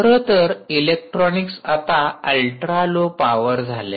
खरंतर इलेक्ट्रॉनिक्स आता ultra low पावरझालय